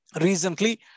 Recently